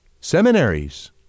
Seminaries